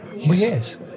Yes